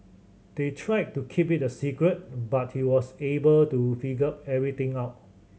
they tried to keep it a secret but he was able to figure everything out